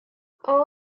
all